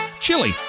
Chili